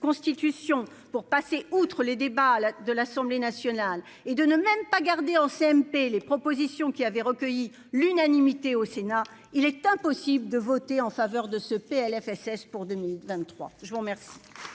pour passer outre les débats là de l'Assemblée nationale, et de ne même pas garder en CMP, les propositions qui avait recueilli l'unanimité au Sénat, il est impossible de voter en faveur de ce Plfss pour 2023 je vous remercie.